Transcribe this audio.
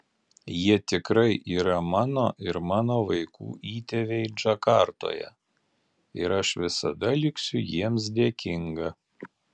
jie tikrai yra mano ir mano vaikų įtėviai džakartoje ir aš visada liksiu jiems dėkinga